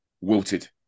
wilted